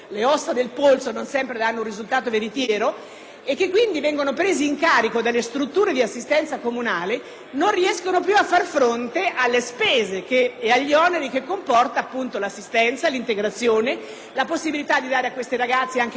che quindi vengono presi in carico dalle strutture di assistenza comunale, non riescono più a far fronte alle spese e agli oneri che comportano l'assistenza e l'integrazione di questi ragazzi, anche al fine di dar loro una tutela sotto il profilo della salute fisica, nonché la